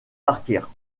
partir